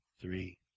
three